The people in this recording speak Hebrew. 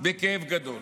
בכאב גדול.